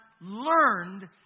learned